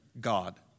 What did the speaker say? God